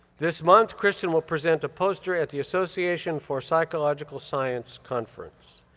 this month, kristen will present a post-jury at the association for psychological science conference.